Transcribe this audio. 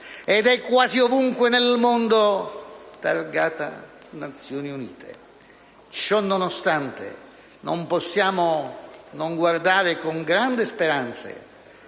ed è quasi ovunque nel mondo targata Nazioni Unite». Ciò nonostante, non possiamo non guardare con interesse